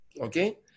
Okay